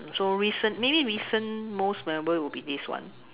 so recent maybe recent most memorable will be this one